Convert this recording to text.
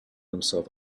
himself